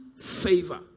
favor